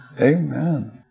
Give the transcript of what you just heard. Amen